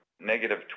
negative